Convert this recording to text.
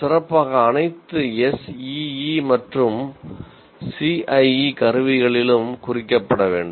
சிறப்பாக அனைத்து SEE மற்றும் CIE கருவிகளிலும் குறிக்கப்பட வேண்டும்